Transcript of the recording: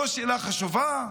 לא שאלה חשובה?